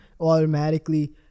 Automatically